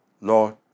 Lord